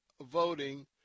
voting